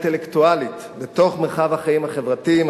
אינטלקטואלית לתוך מרחב החיים החברתיים,